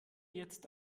jetzt